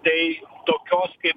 tai tokios kaip